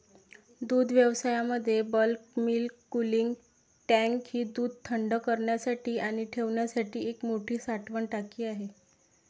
दुग्धव्यवसायामध्ये bulk milk cooling tank ही दूध थंड करण्यासाठी आणि ठेवण्यासाठी एक मोठी साठवण टाकी आहे